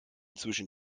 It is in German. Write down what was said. zwischen